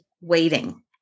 waiting